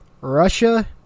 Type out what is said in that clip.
Russia